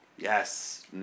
Yes